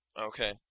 Okay